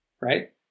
right